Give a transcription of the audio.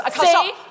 See